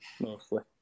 Mostly